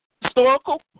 historical